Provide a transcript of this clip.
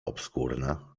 obskurna